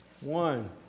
One